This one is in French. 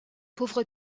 pauvre